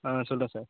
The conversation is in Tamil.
ஆ சொல்கிறேன் சார்